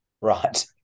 right